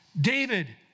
David